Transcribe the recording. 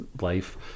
life